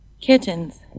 Kittens